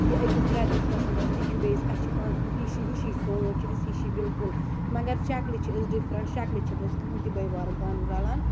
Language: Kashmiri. یہِ أکِس بیٚدرَس پَسَنٛد آسہِ تی چھُ بیٚیِس اَسہِ چھ پانہٕ ہشی سونٛچ سونٛچ چھِ اَسہِ ہِشی بِلکُل مَگَر شَکلہِ چھِ أسۍ ڈِفرَنٹ شَکلہِ چھِنہٕ أسۍ کٕہٕنۍ تہٕ بٲے بارٕنۍ پانہٕ ؤنۍ رَلان